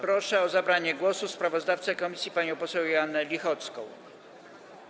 Proszę o zabranie głosu sprawozdawcę komisji panią poseł Joannę Lichocką.